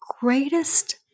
greatest